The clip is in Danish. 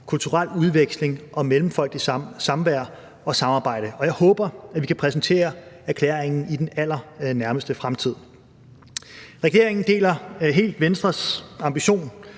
kulturel udveksling og mellemfolkeligt samvær og samarbejde. Og jeg håber, at vi kan præsentere erklæringen i den allernærmeste fremtid. Regeringen deler helt Venstres ambition